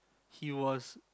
he was